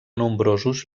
nombrosos